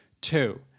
Two